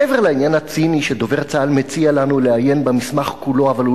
מעבר לעניין הציני שדובר צה"ל מציע לנו לעיין במסמך כולו אבל הוא